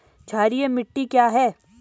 क्षारीय मिट्टी क्या है?